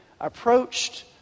approached